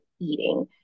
eating